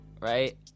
Right